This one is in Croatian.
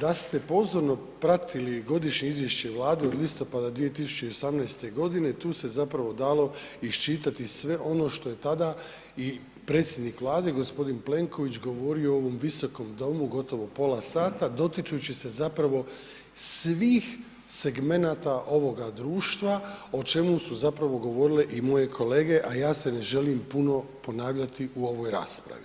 da ste pozorno pratili godišnje izvješće Vlade od listopada 2018.g., tu se zapravo dalo isčitati sve ono što je tada i predsjednik Vlade g. Plenković govorio u ovom Visokom domu gotovo pola sata, dotičući se zapravo svih segmenata ovoga društva, o čemu su zapravo govorile i moje kolege, a ja se ne želim puno ponavljati u ovoj raspravi.